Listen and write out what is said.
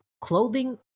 clothing